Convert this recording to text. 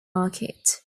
market